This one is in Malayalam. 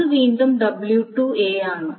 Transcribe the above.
അത് വീണ്ടും w2 ആണ്